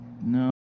No